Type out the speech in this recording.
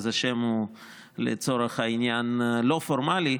אז השם הוא לצורך העניין לא פורמלי.